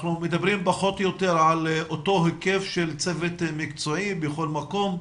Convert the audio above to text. אנחנו מדברים פחות או יותר על אותו היקף של צוות מקצועי בכל מקום?